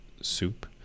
soup